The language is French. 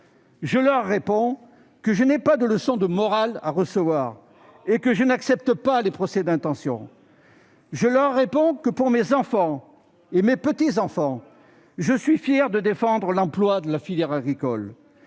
je leur réponds que je n'ai pas de leçon de morale à recevoir et que je n'accepte pas les procès d'intention ! Bravo ! Je leur réponds que, pour mes enfants et mes petits-enfants, je suis fier de défendre l'emploi de la filière agricole